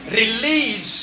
release